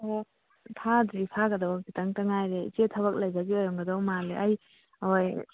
ꯑꯣ ꯐꯥꯗ꯭ꯔꯤ ꯐꯥꯒꯗꯧꯕ ꯈꯤꯇꯪꯇ ꯉꯥꯏꯔꯦ ꯏꯆꯦ ꯊꯕꯛ ꯂꯩꯕꯒꯤ ꯑꯣꯏꯔꯝꯒꯗꯕ ꯃꯥꯜꯂꯦ ꯑꯩ ꯍꯣꯏ